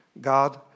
God